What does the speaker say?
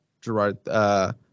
Gerard